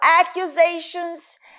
accusations